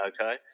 okay